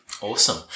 Awesome